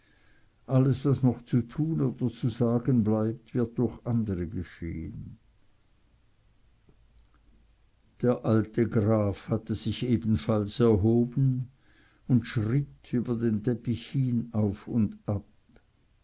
alles was noch zu tun oder zu sagen bleibt wird durch andere geschehen der alte graf hatte sich ebenfalls erhoben und schritt über den teppich hin auf und ab